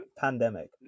Pandemic